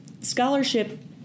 scholarship